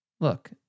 Look